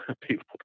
people